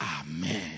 Amen